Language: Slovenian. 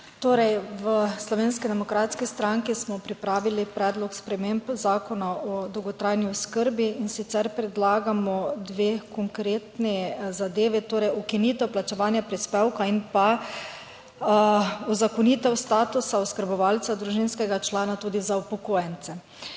Torej, v Slovenski demokratski stranki smo pripravili predlog sprememb Zakona o dolgotrajni oskrbi in sicer predlagamo dve konkretni zadevi, torej ukinitev plačevanja prispevka in pa uzakonitev statusa oskrbovalca družinskega člana tudi za upokojence.